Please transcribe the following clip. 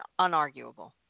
unarguable